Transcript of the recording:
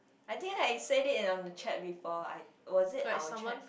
I think like you said it on the chat before I was it our chat